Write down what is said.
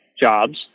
jobs